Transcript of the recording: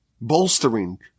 bolstering